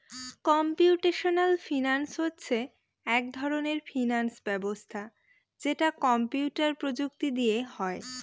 computational finance হচ্ছে এক ধরনের ফিনান্স ব্যবস্থা যেটা কম্পিউটার প্রযুক্তি দিয়ে হয়